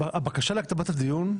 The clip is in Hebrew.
בבקשה להקדמת הדיון.